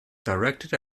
directed